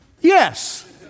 Yes